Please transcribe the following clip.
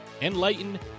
enlighten